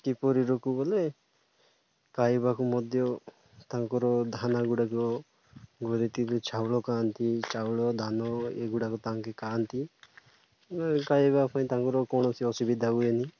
କିପରି ରକୁ ବଲେ ଖାଇବାକୁ ମଧ୍ୟ ତାଙ୍କର ଧାନ ଗୁଡ଼ାକ ଗରେତି ଚାଉଳ ଖାଆନ୍ତି ଚାଉଳ ଧାନ ଏଗୁଡ଼ାକ ତାଙ୍କେ ଖାଆନ୍ତି ଖାଇବା ପାଇଁ ତାଙ୍କର କୌଣସି ଅସୁବିଧା ହୁଏନି